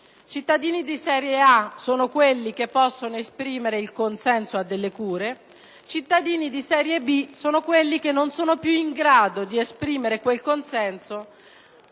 cittadini di serie A sono quelli che possono esprimere il consenso alle cure; i cittadini di serie B sono quelli che non sono più in grado di esprimere quel consenso,